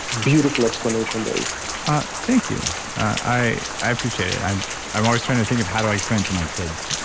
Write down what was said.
beautiful explanation, dave thank you. i i appreciate it. i'm i'm always trying to think of how do i explain to my kids.